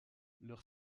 leur